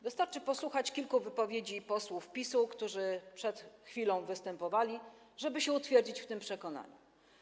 Wystarczy posłuchać kilku wypowiedzi posłów PiS-u, którzy przed chwilą występowali, żeby utwierdzić się w tym przekonaniu.